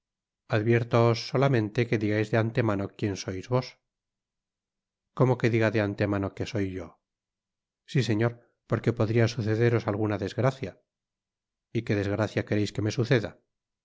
adviértoos solamente que digais de antemano que sois vos como que diga de antemano que soy yo si señor porque podria sucederos alguna desgracia y que desgracia quereis que me suceda